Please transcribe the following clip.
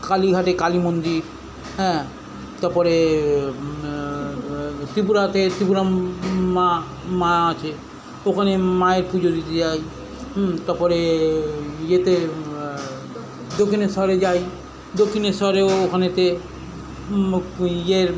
কালীঘাটে কালী মন্দির হ্যাঁ তারপরে ত্রিপুরাতে ত্রিপুরা মা মা আছে ওখানে মায়ের পুজো দিতে যাই তাপরে ইয়েতে দক্ষিণেশ্বরে যাই দক্ষিণেশ্বরে ওখানেতে ইয়ের